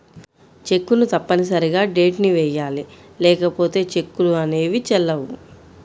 చెక్కును తప్పనిసరిగా డేట్ ని వెయ్యాలి లేకపోతే చెక్కులు అనేవి చెల్లవు